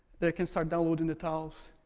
they can start downloading the tiles.